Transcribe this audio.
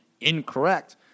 incorrect